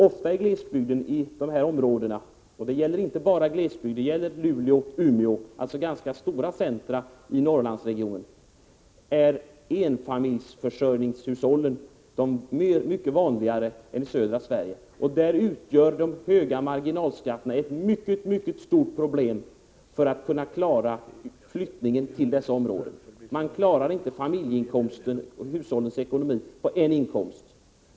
I Norrlandsregionen — och det gäller inte enbart glesbygd utan också Luleå och Umeå, alltså ganska stora centra — är enfamiljeförsörjarhushållen mycket vanligare än i södra Sverige. Där utgör de höga marginalskatterna ett mycket stort problem i fråga om att klara flyttningen till dessa områden. Man klarar inte hushållsekonomin på en inkomst.